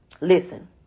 Listen